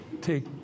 Take